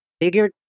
figured